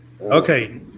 okay